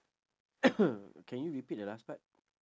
can you repeat the last part